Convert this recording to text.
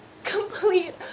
complete